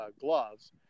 gloves